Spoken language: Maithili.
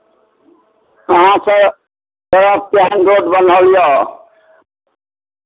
अहाँसभ तरफ केहन रोड बनल यए